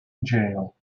jail